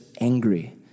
angry